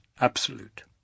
absolute